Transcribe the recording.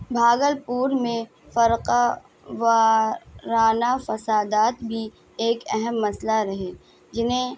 بھاگل پور میں فرقہ وارانہ فسادات بھی ایک اہم مسئلہ رہے جنہیں